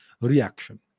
reaction